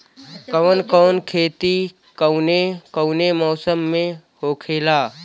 कवन कवन खेती कउने कउने मौसम में होखेला?